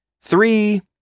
Three